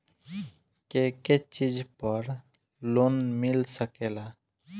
के के चीज पर लोन मिल सकेला?